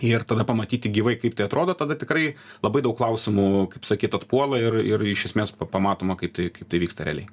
ir tada pamatyti gyvai kaip tai atrodo tada tikrai labai daug klausimų kaip sakyt atpuola ir ir iš esmės pamatoma kaip tai kaip tai vyksta realiai